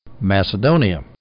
Macedonia